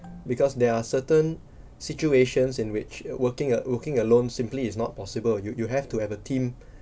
because there are certain situations in which working a~ working alone simply is not possible you you have to have a team